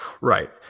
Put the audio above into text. Right